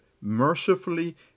mercifully